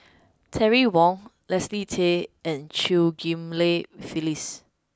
Terry Wong Leslie Tay and Chew Ghim Lian Phyllis